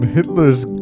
Hitler's